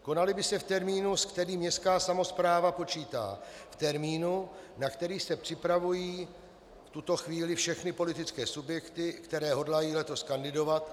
Konaly by se v termínu, s kterým městská samospráva počítá, v termínu, na který se připravují v tuto chvíli všechny politické subjekty, které hodlají letos kandidovat.